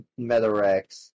Metarex